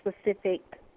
specific